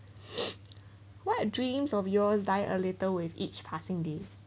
what dreams of yours die a little with each passing day